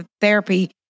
therapy